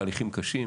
תהליכים קשים,